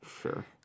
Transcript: Sure